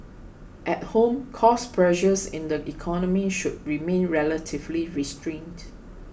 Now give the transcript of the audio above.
at home cost pressures in the economy should remain relatively restrained